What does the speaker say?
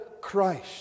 Christ